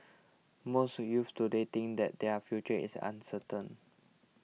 most youths today think that their future is uncertain